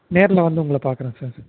நேரில் வந்து உங்களை பாக்கிறேன் சார்